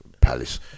Palace